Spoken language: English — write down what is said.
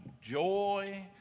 joy